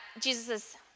Jesus